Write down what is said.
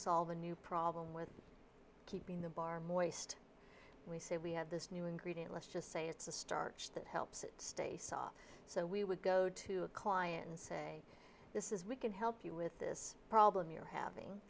solve a new problem with keeping the bar moist we say we have this new ingredient let's just say it's a start that helps it stay saw so we would go to a client and say this is we can help you with this problem you're having